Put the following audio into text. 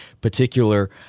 particular